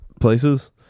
places